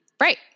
Right